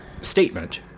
statement